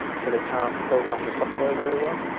so they can't program the software very well.